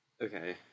okay